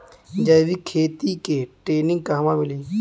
जैविक खेती के ट्रेनिग कहवा मिली?